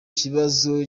kibazo